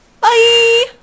Bye